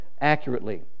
accurately